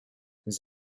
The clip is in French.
les